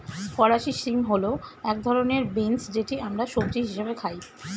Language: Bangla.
ফরাসি শিম হল এক ধরনের বিন্স যেটি আমরা সবজি হিসেবে খাই